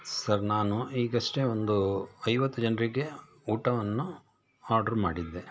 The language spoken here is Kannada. ಸರ್ ನಾನು ಈಗಷ್ಟೇ ಒಂದು ಐವತ್ತು ಜನರಿಗೆ ಊಟವನ್ನು ಆರ್ಡ್ರು ಮಾಡಿದ್ದೆ